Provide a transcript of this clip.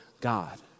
God